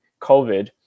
COVID